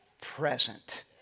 present